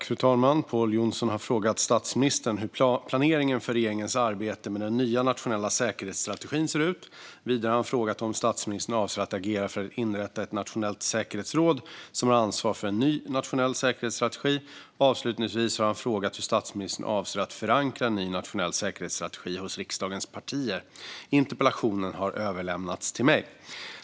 Fru talman! har frågat statsministern hur planeringen för regeringens arbete med den nya nationella säkerhetsstrategin ser ut. Vidare har han frågat om statsministern avser att agera för att inrätta ett nationellt säkerhetsråd som har ansvar för en ny nationell säkerhetsstrategi. Avslutningsvis har han frågat hur statsministern avser att förankra en ny nationell säkerhetsstrategi hos riksdagens partier. Interpellationen har överlämnats till mig.